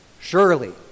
Surely